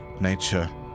nature